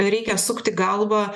reikia sukti galvą